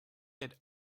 had